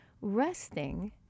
resting